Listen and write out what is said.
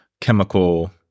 chemical